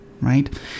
right